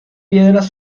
piedras